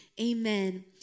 amen